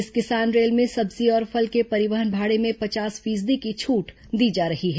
इस किसान रेल में सब्जी और फल के परिवहन भाड़े में पचास फीसदी की छूट दी जा रही है